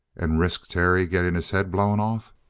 and risk terry getting his head blown off?